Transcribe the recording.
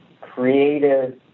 creative